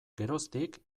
geroztik